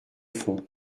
font